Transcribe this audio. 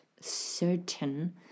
certain